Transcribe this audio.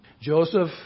Joseph